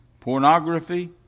pornography